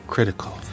Critical